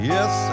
Yes